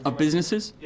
ah businesses? yeah